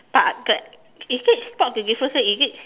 but the is it spot the differences is it